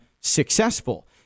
successful